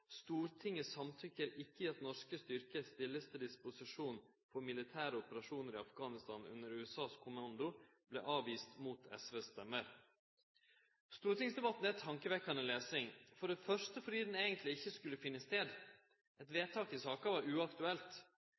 samtykker ikke i at norske styrker stilles til disposisjon for militære operasjoner i Afghanistan under USAs kommando», vart avvist mot SVs stemmer. Stortingsdebatten er tankevekkjande lesing – for det første fordi han ikkje skulle finne stad. Eit vedtak i saka var uaktuelt.